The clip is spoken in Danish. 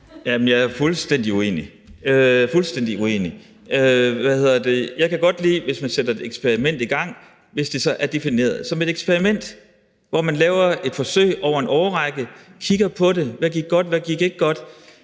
Jamen jeg er fuldstændig uenig, fuldstændig uenig. Jeg kan godt lide, at hvis man sætter et eksperiment i gang, så er det defineret som et eksperiment, altså hvor man laver et forsøg over en årrække og kigger på det: Hvad gik godt? Hvad gik ikke godt?